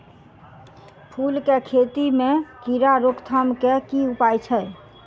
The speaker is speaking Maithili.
फूल केँ खेती मे कीड़ा रोकथाम केँ की उपाय छै?